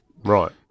Right